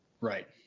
Right